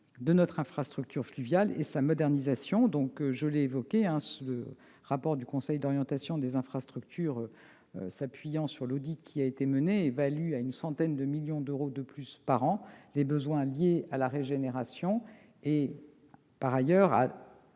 de notre infrastructure fluviale et sa modernisation. Comme je l'ai évoqué, le rapport du Conseil d'orientation des infrastructures, s'appuyant sur l'audit qui a été mené, évalue à une centaine de millions d'euros de plus par an les besoins liés à la régénération et, par ailleurs, à